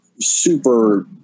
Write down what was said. super